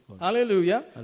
Hallelujah